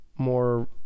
more